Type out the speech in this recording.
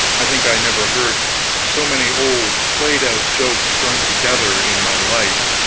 i think i never heard so many old played-out jokes strung together in my life.